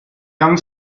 young